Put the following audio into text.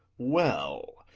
well,